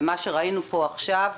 מה שראינו פה עכשיו,